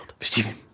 Stephen